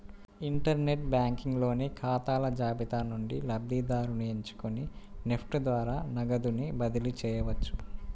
inter net banking లోని ఖాతాల జాబితా నుండి లబ్ధిదారుని ఎంచుకొని నెఫ్ట్ ద్వారా నగదుని బదిలీ చేయవచ్చు